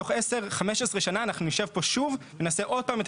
בתוך 10-15 שנים נשב פה שוב ונעשה עוד פעם את